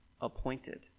appointed